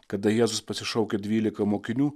kada jėzus pasišaukė dvylika mokinių